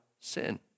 sin